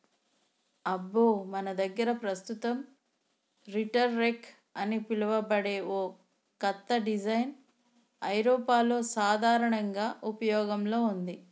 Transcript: అబ్బో మన దగ్గర పస్తుతం రీటర్ రెక్ అని పిలువబడే ఓ కత్త డిజైన్ ఐరోపాలో సాధారనంగా ఉపయోగంలో ఉంది